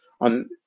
On